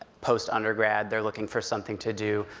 post-undergrad, they're looking for something to do,